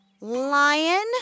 lion